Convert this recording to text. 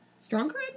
Stronger